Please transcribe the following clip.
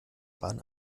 bahn